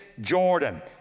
Jordan